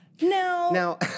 Now